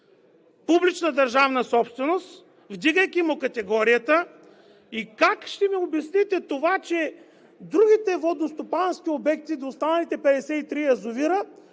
публична държавна собственост, вдигайки му категорията. И как ще ми обясните това, че другите водностопански обекти до останалите 53 язовира